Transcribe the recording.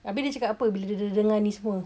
habis dia cakap apa bila dia dengar ni semua